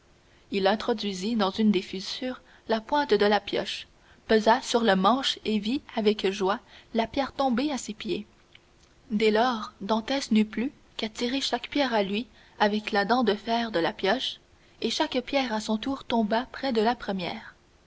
il introduisit dans une des fissures la pointe de la pioche pesa sur le manche et vit avec joie la pierre tomber à ses pieds dès lors dantès n'eut plus qu'à tirer chaque pierre à lui avec la dent de fer de la pioche et chaque pierre à son tour tomba près de la première